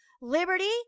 liberty